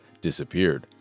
disappeared